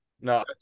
No